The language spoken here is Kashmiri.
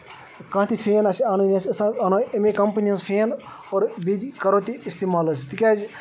کانٛہہ تہِ فین آسہِ ہسا اَنو اَمہِ کَمپنۍ ہُنٛد اور بیٚیہِ کر تہِ اِستعمال حظ تِکیازِ